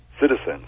citizens